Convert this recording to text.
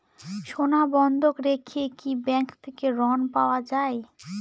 সোনা বন্ধক রেখে কি ব্যাংক থেকে ঋণ পাওয়া য়ায়?